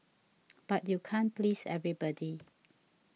but you can't please everybody